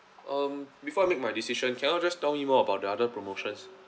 um before I make my decision can you all just tell me more about the other promotions